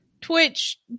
twitch